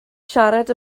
siarad